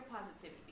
positivity